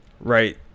Right